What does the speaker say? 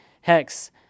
Hex